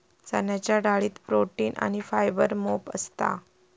चण्याच्या डाळीत प्रोटीन आणी फायबर मोप असता